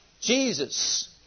Jesus